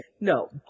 No